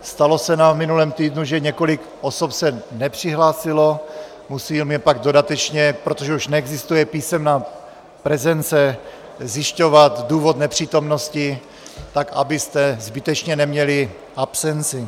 Stalo se nám v minulém týdnu, že několik osob se nepřihlásilo, musíme pak dodatečně, protože už neexistuje písemná prezence, zjišťovat důvod nepřítomnosti, tak abyste zbytečně neměli absenci.